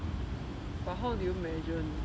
but how do you measure needs